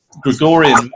Gregorian